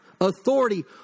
authority